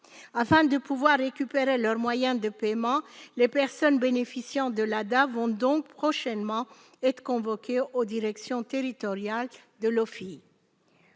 Afin de pouvoir récupérer leur moyen de paiement, les personnes bénéficiant de l'ADA seront donc convoquées prochainement par les directions territoriales de l'OFII.